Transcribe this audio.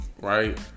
right